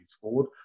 forward